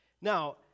Now